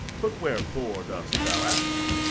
but wherefore dost thou ask?